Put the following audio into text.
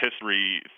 history